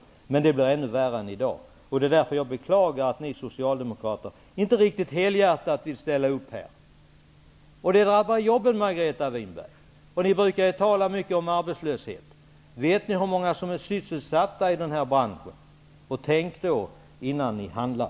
Men det blir ännu värre än i dag. Det är därför som jag beklagar att ni socialdemokrater inte riktigt helhjärtat vill ställa upp. Det drabbar jobben, Margareta Winberg. Ni brukar ju tala mycket om arbetslöshet. Vet ni hur många som är sysselsatta i den här branschen? Tänk innan ni handlar!